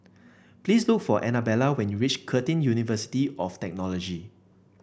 please look for Anabella when you reach Curtin University of Technology